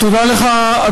תודה לך,